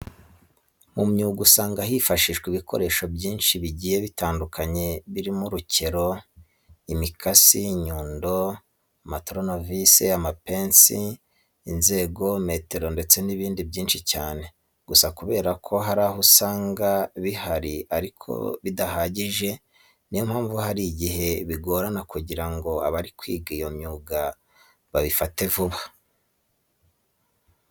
Mu myuga usanga hifashishwa ibikoresho byinshi bigiye bitandukanye birimo urukero, imikasi, inyundo, amatoronovisi, amapensi, inzego, metero ndetse n'ibindi byinshi cyane. Gusa kubera ko hari aho usanga bihari ariko bidahagije, ni yo mpamvu hari igihe bigorana kugira ngo abari kwiga iyo myuga babifate vuba.